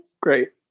Great